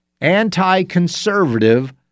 anti-conservative